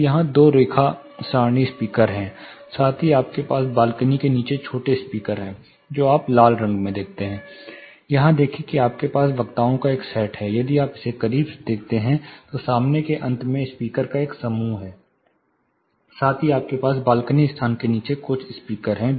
तो यहाँ दो रेखा सारणी स्पीकर हैं साथ ही आपके पास बालकनी के नीचे छोटे स्पीकर हैं जो आप लाल रंग में देखते हैं यहाँ देखें कि आपके पास वक्ताओं का एक सेट है यदि आप इसे करीब से देखते हैं तो सामने के अंत में स्पीकर का एक समूह है साथ ही आपके पास बालकनी स्थान के नीचे कुछ स्पीकर हैं